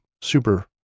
super